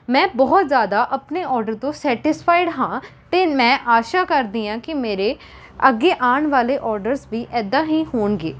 ਮੈਂ ਬਹੁਤ ਜ਼ਿਆਦਾ ਆਪਣੇ ਔਡਰ ਤੋਂ ਸੈਟਿਸਫਾਈਡ ਹਾਂ ਅਤੇ ਮੈਂ ਆਸ਼ਾ ਕਰਦੀ ਹਾਂ ਕਿ ਮੇਰੇ ਅੱਗੇ ਆਉਣ ਵਾਲੇ ਔਡਰਸ ਵੀ ਇਦਾਂ ਹੀ ਹੋਣਗੇ